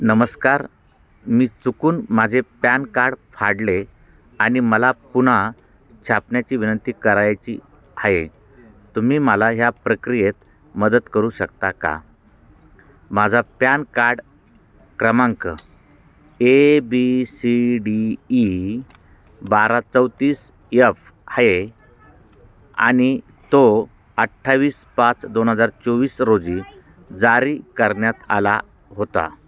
नमस्कार मी चुकून माझे पॅन कार्ड फाडले आणि मला पुन्हा छापण्याची विनंती करायची आहे तुम्ही मला ह्या प्रक्रियेत मदत करू शकता का माझा पॅन कार्ड क्रमांक A B C D E बारा चौतीस यफ आहे आणि तो अठ्ठावीस पाच दोन हजार चोवीस रोजी जारी करण्यात आला होता